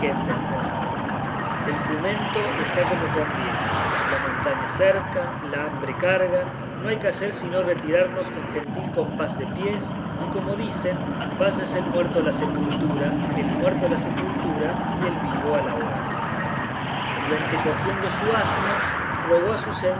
entender el jumento está como conviene la montaña cerca la hambre carga no hay que hacer sino retirarnos con gentil compás de pies y como dicen váyase el muerto a la sepultura y el vivo a la hogaza y antecogiendo su asno rogó a su